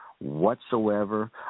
whatsoever